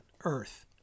Earth